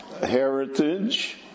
heritage